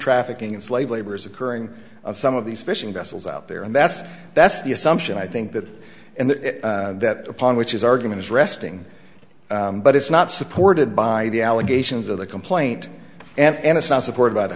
trafficking and slave labor is occurring of some of these fishing vessels out there and that's that's the assumption i think that and that upon which is argument is resting but it's not supported by the allegations of the complaint and it's not supported by the